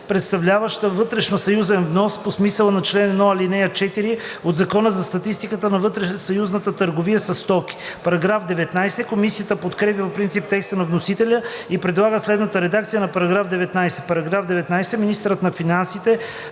представляващи вътресъюзен внос по смисъла на чл. 1, ал. 4 от Закона за статистиката на вътресъюзната търговия със стоки.“ Комисията подкрепя по принцип текста на вносителя и предлага следната редакция на § 19: „§ 19. Министърът на финансите